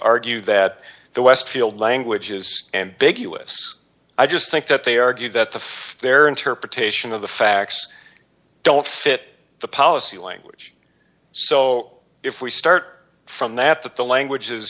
argue that the westfield language is ambiguous i just think that they argue that the their interpretation of the facts don't fit the policy language so if we start from that that the language is